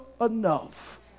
enough